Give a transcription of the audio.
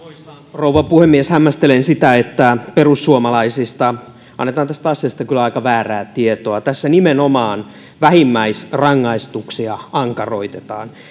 rouva puhemies hämmästelen sitä että perussuomalaisista annetaan tästä asiasta kyllä aika väärää tietoa tässä nimenomaan vähimmäisrangaistuksia ankaroitetaan